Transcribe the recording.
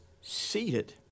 seated